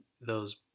those-